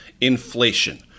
inflation